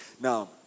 now